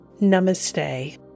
Namaste